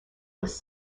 was